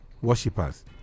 worshippers